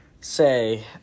Say